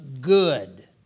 good